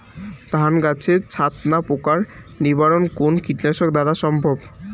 ধান গাছের ছাতনা পোকার নিবারণ কোন কীটনাশক দ্বারা সম্ভব?